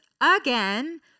again